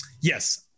Yes